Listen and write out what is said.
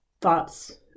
thoughts